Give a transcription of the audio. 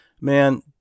man